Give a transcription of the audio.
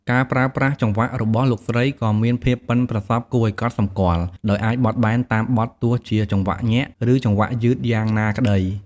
ការប្រើប្រាស់ ចង្វាក់ របស់លោកស្រីក៏មានភាពប៉ិនប្រសប់គួរឲ្យកត់សម្គាល់ ដោយអាចបត់បែនតាមបទទោះជាចង្វាក់ញាក់ ឬចង្វាក់យឺតយ៉ាងណាក្ដី។